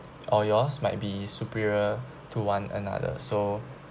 or yours might be superior to one another so